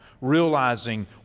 realizing